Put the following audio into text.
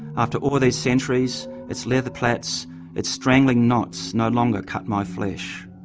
after all these centuries, its leather plaits its strangling knots no longer cut my flesh.